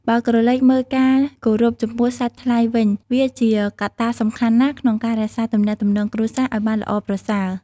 បើក្រលែកមើលការគោរពចំពោះសាច់ថ្លៃវិញ វាជាកត្តាសំខាន់ណាស់ក្នុងការរក្សាទំនាក់ទំនងគ្រួសារឲ្យបានល្អប្រសើរ។